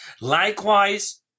Likewise